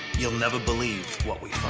you'll never believe what we find.